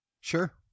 Sure